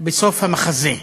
בסוף המחזה,